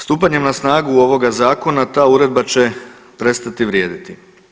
Stupanjem na snagu ovoga zakona ta uredba će prestati vrijediti.